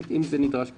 אם זה נדרש כמובן.